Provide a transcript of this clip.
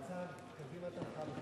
ההצעה להסיר מסדר-היום את הצעת חוק הפעלת